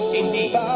indeed